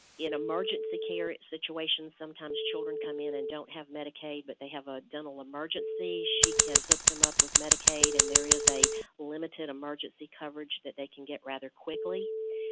in emergency care situations, sometimes children come in and don't have medicaid but they have a dental emergency, she can hook them up with medicaid. and there is a limited emergency coverage that they can get rather quickly.